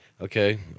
okay